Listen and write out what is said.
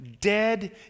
dead